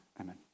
Amen